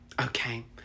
okay